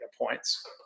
points